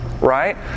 right